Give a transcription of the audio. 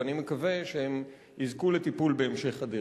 ואני מקווה שהם יזכו לטיפול בהמשך הדרך.